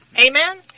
Amen